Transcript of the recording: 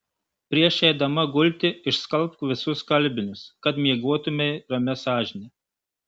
prieš eidama gulti išskalbk visus skalbinius kad miegotumei ramia sąžine